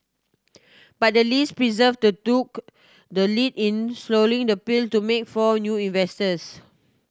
but the Lees persevered took the lead in swallowing the pill to make for new investors